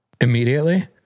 immediately